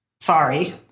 Sorry